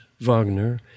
Wagner